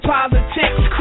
Politics